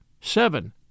seven